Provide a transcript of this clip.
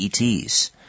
ETs